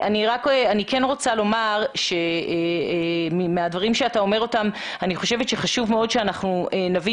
אני כן רוצה לומר שמהדברים שאתה אומר אני חושבת שחשוב מאוד שאנחנו נבין